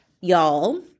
Y'all